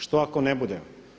Što ako ne bude?